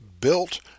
built